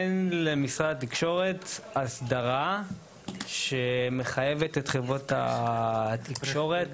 אין למשרד התקשורת הסדרה שמחייבת את חברות התקשורת